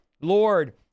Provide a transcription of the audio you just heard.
Lord